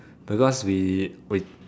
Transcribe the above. because we we